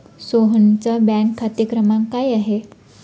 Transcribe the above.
सोहनचा बँक खाते क्रमांक काय आहे?